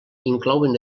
inclouen